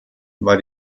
war